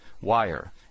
wire